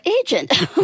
agent